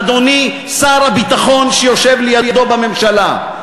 אדוני שר הביטחון שיושב לידו בממשלה?